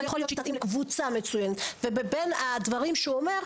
אבל יכול להיות שהיא תתאים לקבוצה מסוימת ובין הדברים שהוא אומר,